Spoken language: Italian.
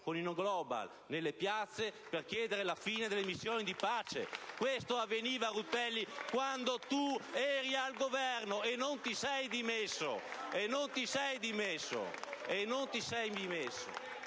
con i *no global* nelle piazze per chiedere la fine delle missioni di pace! Questo avveniva, Rutelli, quando tu eri al Governo, e non ti sei dimesso!